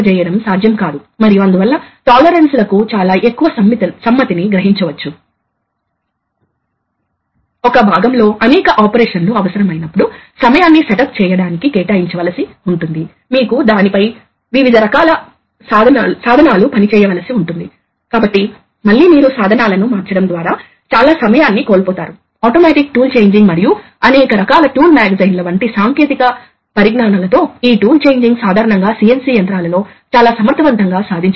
కాబట్టి సాధారణంగా ఈ ప్రెషర్ డిఫరెన్స్ తలెత్తదు సిలిండర్ తరలించడానికి స్వేచ్ఛగా ఉంటుంది కాబట్టి వాస్తవానికి మనకు ఇది ఉండవచ్చు నేను చెప్పడానికి ప్రయత్నిస్తున్నది ఏమిటంటే మనం ప్రెషర్ ని గ్రహించగలము మొదట్లో ప్రెషర్ డిఫరెన్స్ వేగవంతం చేయడానికి సరిపోతుంది ఆ తరువాత ప్రెషర్ డిఫరెన్స్ ఒక నిర్దిష్ట క్లేమ్పింగ్ ఫోర్స్ పొందడానికి అవసరం